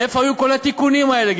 איפה היו כל התיקונים האלה,